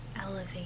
elevate